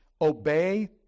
Obey